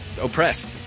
oppressed